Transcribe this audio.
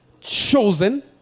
chosen